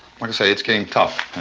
say it's getting tough.